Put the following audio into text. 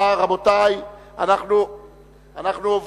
22 בעד, אין מתנגדים, אין נמנעים.